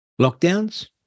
lockdowns